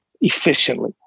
efficiently